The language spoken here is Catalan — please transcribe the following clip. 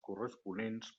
corresponents